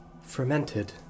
fermented